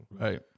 Right